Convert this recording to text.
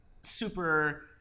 super